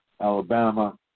Alabama